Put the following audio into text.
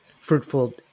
fruitful